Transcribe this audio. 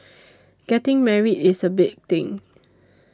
getting married is a big thing